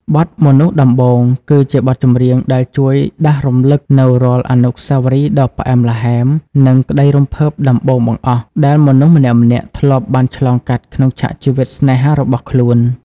បទ "មនុស្សដំបូង" គឺជាបទចម្រៀងដែលជួយដាស់រំលឹកនូវរាល់អនុស្សាវរីយ៍ដ៏ផ្អែមល្ហែម និងក្តីរំភើបដំបូងបង្អស់ ដែលមនុស្សម្នាក់ៗធ្លាប់បានឆ្លងកាត់ក្នុងឆាកជីវិតស្នេហារបស់ខ្លួន។